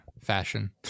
Fashion